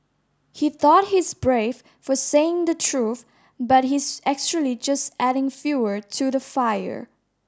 he thought he's brave for saying the truth but he's actually just adding to the fire